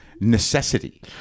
necessity